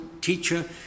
teacher